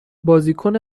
بازیکن